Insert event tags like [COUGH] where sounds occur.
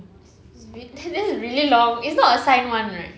it's it's been [LAUGHS] that's really long it's not a signed on right